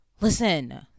listen